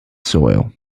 soil